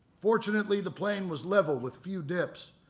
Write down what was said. fortunately the plain was level, with few dips.